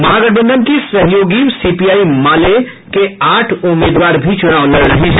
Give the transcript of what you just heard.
महागठबंधन की सहयोगी सीपीआई माले के आठ उम्मीदवार भी चुनाव लड़ रहे हैं